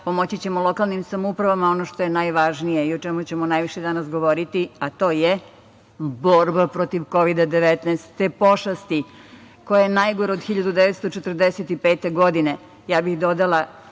pomoći ćemo lokalnim samoupravama. Ono što je najvažnije i o čemu ćemo najviše danas govoriti jeste borba protiv Kovida 19, te pošasti koja je najgora od 1945. godine. Dodala